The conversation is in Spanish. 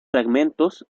fragmentos